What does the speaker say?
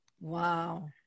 Wow